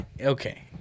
Okay